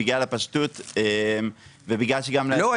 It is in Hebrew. בגלל הפשטות ובגלל שגם --- לא,